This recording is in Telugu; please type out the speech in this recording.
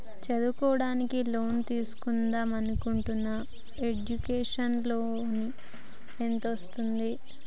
చదువుకోవడానికి లోన్ తీస్కుందాం అనుకుంటున్నా ఎడ్యుకేషన్ లోన్ ఎంత వస్తది?